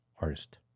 artist